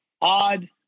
odd